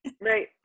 Right